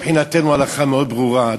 מבחינתנו ההלכה מאוד ברורה,